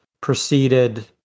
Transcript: proceeded